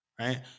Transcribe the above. right